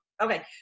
Okay